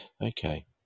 Okay